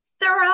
thorough